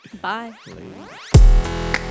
Bye